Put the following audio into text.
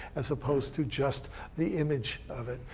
as opposed to just the image of it.